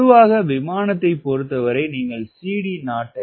பொதுவாக விமானத்தைப் பொறுத்தவரை நீங்கள் CD0 0